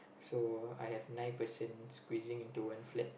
so I have nine person squeezing into one flat